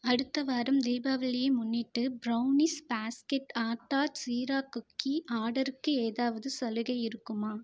அடுத்த வாரம் தீபாவளியை முன்னிட்டு brownies basket atta jeera cookie ஆர்டருக்கு ஏதாவது சலுகை இருக்குமா